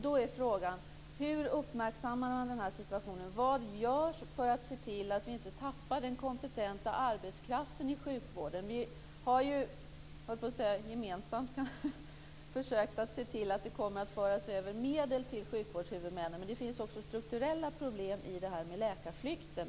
Då är frågan: Hur uppmärksammar socialministern den här situationen? Vad görs för att se till att vi inte tappar den kompetenta arbetskraften i sjukvården? Vi har ju - jag höll på att säga gemensamt - försökt att se till att det kommer att föras över medel till sjukvårdshuvudmännen, men det finns också strukturella problem i det här med läkarflykten.